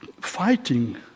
fighting